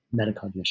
metacognition